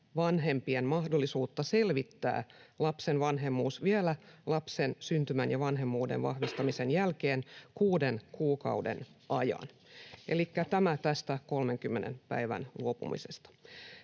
vanhempien mahdollisuutta selvittää lapsen vanhemmuus vielä lapsen syntymän ja vanhemmuuden vahvistamisen jälkeen kuuden kuukauden ajan. Elikkä tämä tästä 30 päivästä luopumisesta.